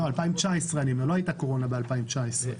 לא הייתה קורונה ב-2019.